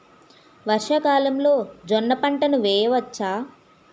వర్షాకాలంలో జోన్న పంటను వేయవచ్చా?